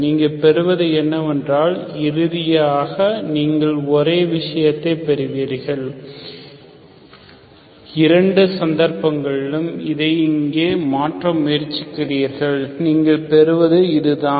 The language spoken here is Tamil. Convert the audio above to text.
நீங்கள் பெறுவது என்னவென்றால் இறுதியாக நீங்கள் ஒரே விஷயத்தைப் பெறுவீர்கள் இரண்டு சந்தர்ப்பங்களிலும் இதை இங்கே மாற்ற முயற்சிக்கிறீர்கள் நீங்கள் பெறுவது இதுதான்